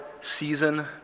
season